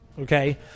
okay